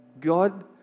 God